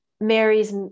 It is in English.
Mary's